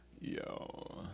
Yo